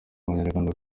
abanyarwanda